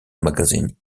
magazine